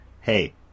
Hey